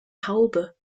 haube